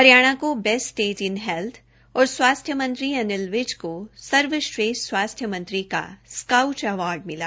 हरियाणा को best state in health और स्वास्थ्य मंत्री अनिल विज को सर्वश्रेष्ठ स्वास्थ्य मंत्री का स्कॉच अवार्ड मिला